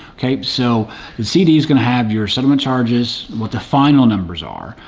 okay, so the cd is gonna have your settlement charges what the final numbers are,